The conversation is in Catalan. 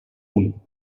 punt